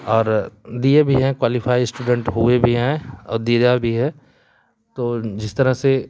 और दिए भी है क्वालीफाई स्टूडेंट हुए भी हैं और दिया भी है तो जिस तरह से